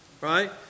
Right